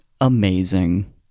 amazing